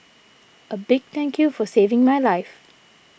a big thank you for saving my life